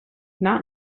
not